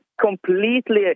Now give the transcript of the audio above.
completely